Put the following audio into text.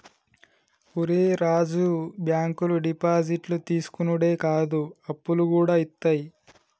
ఒరే రాజూ, బాంకులు డిపాజిట్లు తీసుకునుడే కాదు, అప్పులుగూడ ఇత్తయి